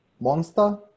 Monster